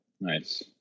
nice